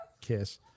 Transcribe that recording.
Kiss